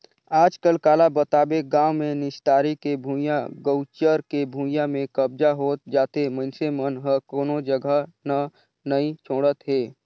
आजकल काला बताबे गाँव मे निस्तारी के भुइयां, गउचर के भुइयां में कब्जा होत जाथे मइनसे मन ह कोनो जघा न नइ छोड़त हे